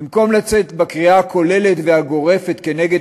במקום לצאת בקריאה הכוללת והגורפת כנגד